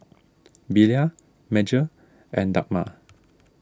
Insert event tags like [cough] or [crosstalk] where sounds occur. [noise] Belia Madge and Dagmar